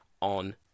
on